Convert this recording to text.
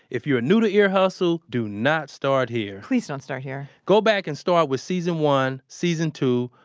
if you are new to ear hustle, do not start here please don't start here go back and start with season one, season two,